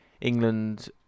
England